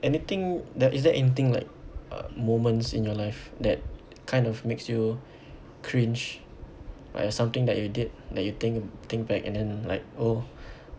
anything that is there anything like uh moments in your life that kind of makes you cringe like if something that you did that you think think back and then like oh